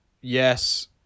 yes